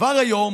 כבר היום